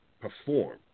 perform